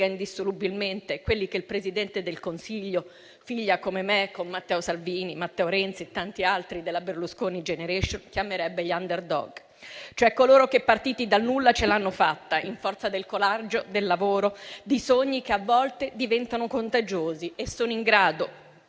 indissolubilmente quelli che il Presidente del Consiglio, figli come me - come Matteo Salvini, Matteo Renzi e tanti altri - della Berlusconi *generation*, chiamerebbe gli *underdog*, cioè coloro che, partiti dal nulla, ce l'hanno fatta, in forza del coraggio, del lavoro, di sogni che a volte diventano contagiosi e sono in grado